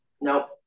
Nope